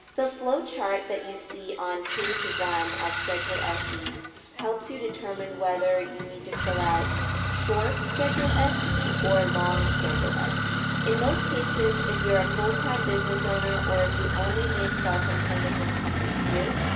the flow chart that you see on page one of schedule se helps you determine whether you need to fill out short a schedule se or long schedule se. in most cases, if you're a full time business owner or if you only made self employment income this year,